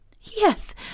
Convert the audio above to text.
Yes